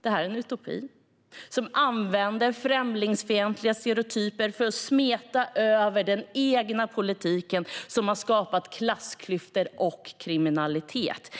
Detta är en utopi. Man använder främlingsfientliga stereotyper för att smeta över den egna politiken, som har skapat klassklyftor och kriminalitet.